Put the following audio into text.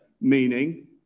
meaning